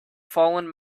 fallen